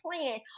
plan